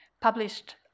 published